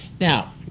now